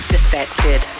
Defected